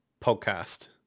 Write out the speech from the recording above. podcast